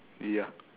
ya